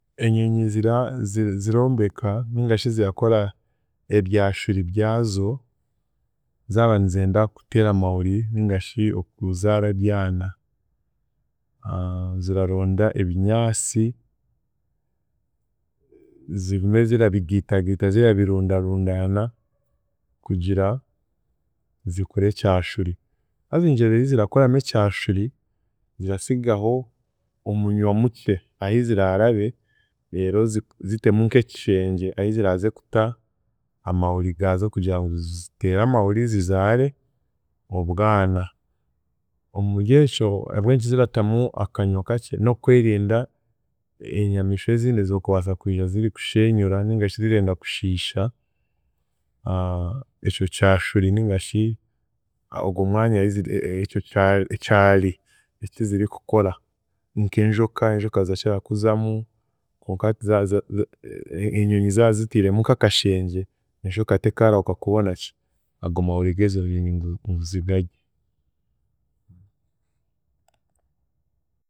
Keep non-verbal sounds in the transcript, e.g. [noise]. Enyonyi zira zi- zirombeka ningashi zirakora eryashuri ryazo zaaba nizenda kuteera amahuri ningashi okuzaara ebyana [hesitation] ziraronda ebinyaasi, zigume zirabigiitagiita zirabirundarundaana kugira zikore ekyashuri, haza engyero yi zirakoramu ekyashuri zirasigaho omunywa mukye ahiziraarabe reero zi- zitemu nk'ekishengye ahi ziraaze kuta amahuri gaazo kugira ngu ziteere amahuri zizaare obwana omuryekyo ahabw'enki zirataamu akanywa kakye. N’okwerinda enyamiishwa ezindi ez'okubaasa kwija zirikusheenyura ningashi zirenda kushisha [hesitation] ekyo kyashuri ningashi ogwe mwanya ahiziri e- e- ekyo ekyo kyari kyari kizirikukora nk’enjoka enjoka zirakira kuzamu, konka hati za- za enyonyi zaziitireemu nk'akashengye enjoka tekaarahuka kukoraki kubona ki ago mahuri g'ezo nyonyi ngu zigadye.